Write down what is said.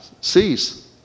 cease